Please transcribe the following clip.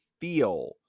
feel